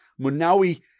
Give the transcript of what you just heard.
Munawi